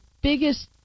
biggest